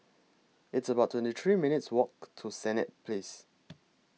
It's about twenty three minutes' Walk to Senett Place